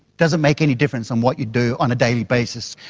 does it make any difference on what you do on a daily basis?